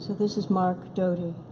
this is mark doty.